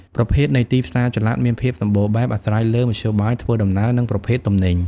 ប្រភេទនៃទីផ្សារចល័តមានភាពសម្បូរបែប អាស្រ័យលើមធ្យោបាយធ្វើដំណើរ និងប្រភេទទំនិញ។